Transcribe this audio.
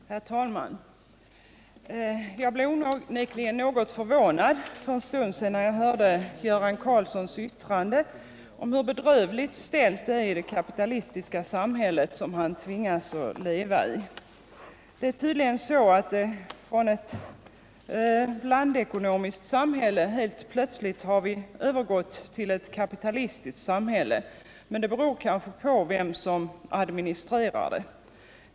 Herr talman! Jag blev onekligen något förvånad över Göran Karlssons yttrande om hur bedrövligt det är ställt i det kapitalistiska samhälle som han tvingas leva i. Det är tydligen så att vi från ett blandekonomiskt samhälle helt plötsligt har gått över till ett kapitalistiskt samhälle. Men det beror kanske på vem som administrerar det.